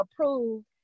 approved